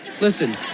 Listen